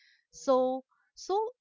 so so